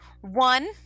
One